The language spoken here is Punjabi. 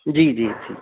ਜੀ ਜੀ ਜੀ